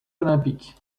olympiques